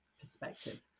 perspective